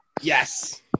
Yes